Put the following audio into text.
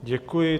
Děkuji.